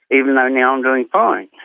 even though now i'm doing fine.